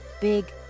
Big